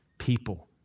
people